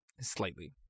slightly